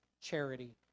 charity